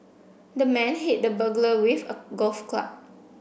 the man hit the burglar with a golf club